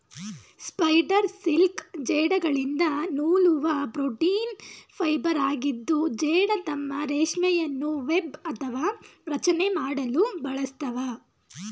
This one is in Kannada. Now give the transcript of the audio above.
ಸ್ಪೈಡರ್ ಸಿಲ್ಕ್ ಜೇಡಗಳಿಂದ ನೂಲುವ ಪ್ರೋಟೀನ್ ಫೈಬರಾಗಿದ್ದು ಜೇಡ ತಮ್ಮ ರೇಷ್ಮೆಯನ್ನು ವೆಬ್ ಅಥವಾ ರಚನೆ ಮಾಡಲು ಬಳಸ್ತವೆ